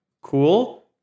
cool